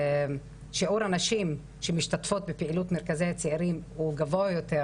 שיעור הנשים שמשתתפות בפעילות מרכזי הצעירים הוא גבוה יותר